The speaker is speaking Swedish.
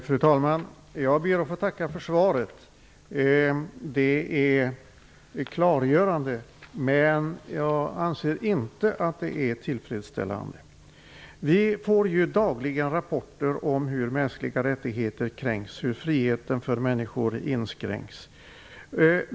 Fru talman! Jag ber att få tacka för svaret. Det är klargörande, men jag anser inte att det är tillfredsställande. Vi får ju dagliga rapporter om hur mänskliga rättigheter och friheten för människor inskränks.